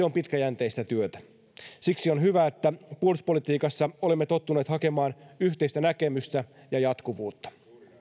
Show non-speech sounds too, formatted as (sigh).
(unintelligible) on pitkäjänteistä työtä siksi on hyvä että puolustuspolitiikassa olemme tottuneet hakemaan yhteistä näkemystä ja jatkuvuutta